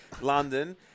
London